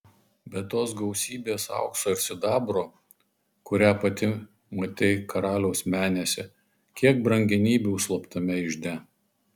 be tos gausybės aukso ir sidabro kurią pati matei karaliaus menėse kiek brangenybių slaptame ižde